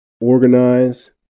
organize